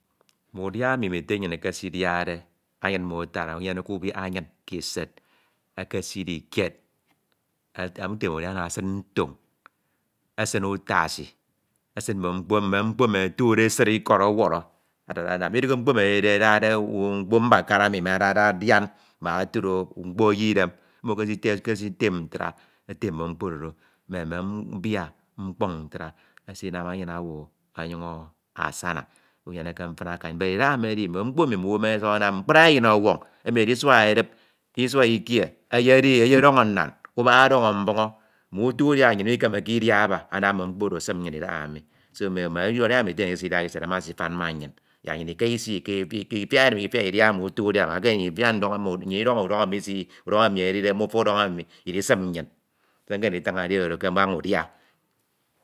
Mme udia emi mme ete nnyin ekesiade nnyin mmo afara, unyeneke ubiak anyin ekesidi kied, ufem udia ana esin ntoñ, esin utasi, esin mme mkpo mme mkpo emi otude esid Ikọd ọwọrọ adade anam, Idihe mkpo emi edide adade mkpo mbakara emi ada adiam mak otu do mkpo eyie Idem, mmo ekesi tem ntra. etem mme mkpo oro do mme mme bia, mkpọñ ntra esinam anyin owu ọnyiñ asama, unyeneke mfina k’anyin but Idaha emi mme mkpo emi mmowu eme ada ọsuk anam mme mkpri enyin ọwọñ emi edide Isua edip, Isua Ikie eyedi e, eyedọñọ nnan ubak ọdọñọ mbuñọ, mme uto udia oro nnyin mikemete Idia aba anam mme mkpo oro esim nnyin Idaha emi mi so mme udia oro mme ete nnyin ekesidade esin ama afan ma nnyin, yak nyin Ika isi Ika, lfiak edem Ifiak Idia mm’uto udia oro mak otudo nyin Ifiak mak otudo nnyin udọñọ emi edide mbufa udọño emi Idisim nnyin se nkemede nditin edi oro kaba ña udia.